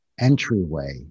entryway